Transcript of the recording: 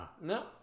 no